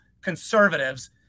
conservatives